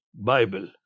Bible